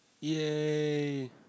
Yay